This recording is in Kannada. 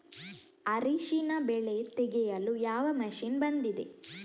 ಅರಿಶಿನ ಬೆಳೆ ತೆಗೆಯಲು ಯಾವ ಮಷೀನ್ ಬಂದಿದೆ?